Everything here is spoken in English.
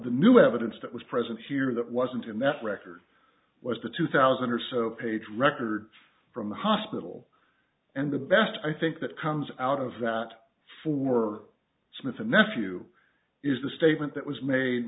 the new evidence that was present here that wasn't in that record was the two thousand or so page records from the hospital and the best i think that comes out of that for smith and nephew is the statement that was made